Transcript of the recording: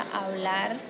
hablar